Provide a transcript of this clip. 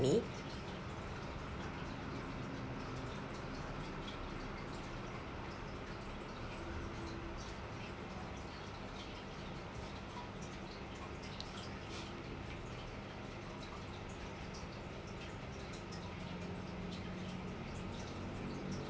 me